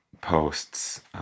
posts